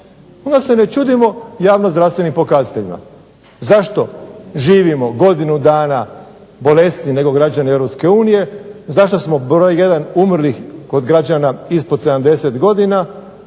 onda se ne čudimo javno zdravstvenim pokazateljima. Zašto živimo godinu dana bolesniji nego građani EU, zašto smo broj 1 umrlih kod građana ispod 70 godina?